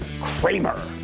Kramer